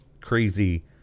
crazy